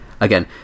again